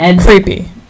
Creepy